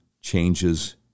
changes